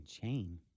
chain